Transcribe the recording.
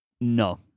no